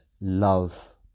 love